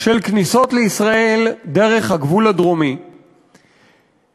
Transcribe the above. של כניסות לישראל דרך הגבול הדרומי ותתייחס